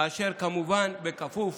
כמובן בכפוף